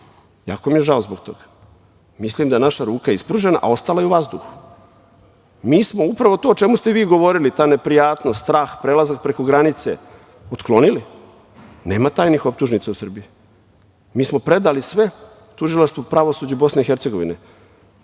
Jako mi je žao zbog toga. Mislim da je naša ruka ispružena, a ostala je u vazduhu. Mi smo upravo to o čemu ste vi govorili, ta neprijatnost, strah, prelazak preko granice, otklonili, nema tajnih optužnica u Srbiji. Mi smo predali sve tužilaštvu, pravosuđu BiH. Pravosuđe